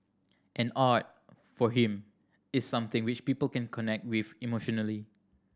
and art for him is something which people can connect with emotionally